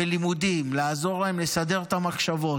בלימודים, לעזור להם לסדר את המחשבות.